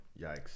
Yikes